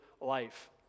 life